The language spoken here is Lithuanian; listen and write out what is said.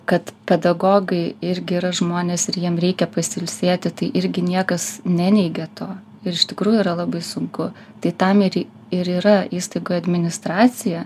kad pedagogai irgi yra žmonės ir jiem reikia pasilsėti tai irgi niekas neneigia to ir iš tikrųjų yra labai sunku tai tam ir ir yra įstaigoj administracija